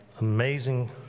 amazing